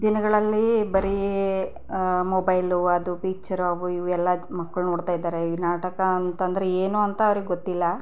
ದಿನಗಳಲ್ಲಿ ಬರೀ ಮೊಬೈಲು ಅದು ಪಿಚ್ಚರು ಅವು ಇವು ಎಲ್ಲ ಮಕ್ಕಳು ನೋಡ್ತಾಯಿದ್ದಾರೆ ಈ ನಾಟಕ ಅಂತಂದ್ರೇನು ಅಂತ ಅವ್ರಿಗೆ ಗೊತ್ತಿಲ್ಲ